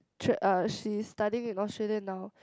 tr~ uh she is studying in Australia now